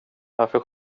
varför